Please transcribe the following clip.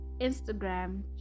Instagram